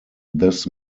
this